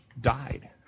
died